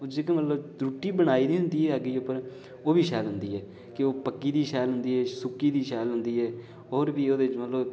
जेकर मतलब रुट्टी बनाई दी होंदी ऐ अग्गी उप्पर ओह्बी शैल होंदी ऐ के औह् पक्की दी शैल होंदी ऐ सुक्की दी शैल होंदी ऐ और बी ओह्दे च मतलब